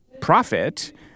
profit